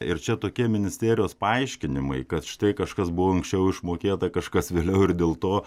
ir čia tokie ministerijos paaiškinimai kad štai kažkas buvo anksčiau išmokėta kažkas vėliau ir dėl to